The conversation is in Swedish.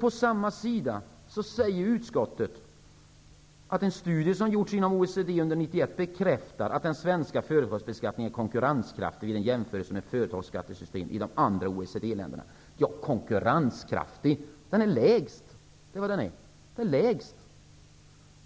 På samma sida säger utskottet:''En studie som gjorts inom OECD under 1991 bekräftar också att den svenska företagsbeskattningen är konkurrenskraftig vid en jämförelse med företagsskattesystemen i de andra OECD-länderna.'' Ja, den är inte bara konkurrenskraftig, den är lägst!